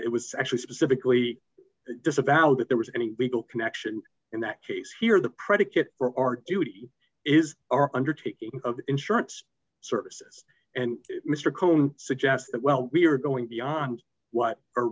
it was actually specifically disavowed that there was any legal connection in that case here the predicate for our duty is our undertaking d of insurance services and mr cohn suggests that well we're going beyond what a